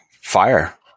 FIRE